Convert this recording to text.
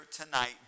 tonight